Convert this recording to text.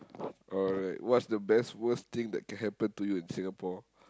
alright what's the best worst thing that can happen to you in Singapore